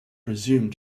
presume